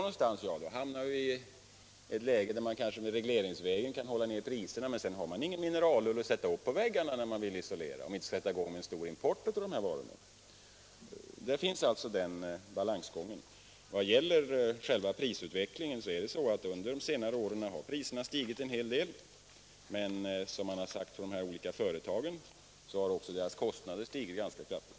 Jo, i ett läge där vi kanske regleringsvägen kan hålla priserna nere men där vi inte har någon mineralull att sätta upp i väggarna när vi vill isolera — om vi inte skall sätta i gång en omfattande import av sådana varor. Priserna har under senare år stigit en hel del, men de olika företagen kan också peka på att deras kostnader har stigit ganska kraftigt.